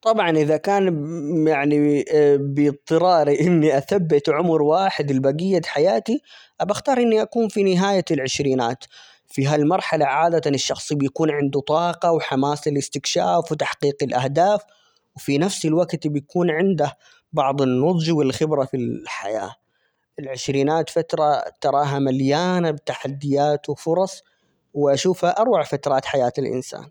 طبعًا إذا كان يعني بإضطرارى إني أثبت عمر واحد لبقية حياتي ، باختار إني أكون في نهاية العشرينات ،في هالمرحلة عادة الشخص بيكون عنده طاقة وحماس الاستكشاف ،وتحقيق الأهداف ،وفي نفس الوقت بيكون عنده بعض النضج ،والخبرة في -ال-الحياة، العشرينات فترة تراها مليانة بتحديات ،وفرص ،وأشوفها أروع فترات حياة الانسان.